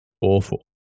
awful